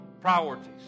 Priorities